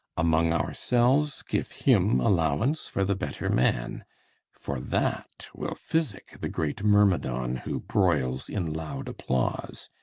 among ourselves give him allowance for the better man for that will physic the great myrmidon, who broils in loud applause,